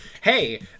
hey